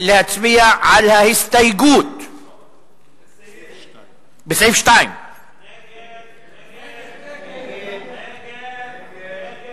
להצביע על ההסתייגות בסעיף 2. ההסתייגות של קבוצת סיעת